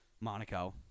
Monaco